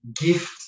gift